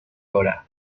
hora